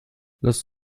lasst